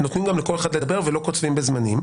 נותנים גם לכל אחד לדבר ולא קוצבים בזמנים.